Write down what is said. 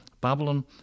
Babylon